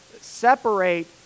separate